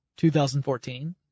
2014